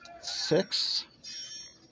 six